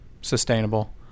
sustainable